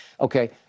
Okay